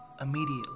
immediately